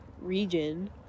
region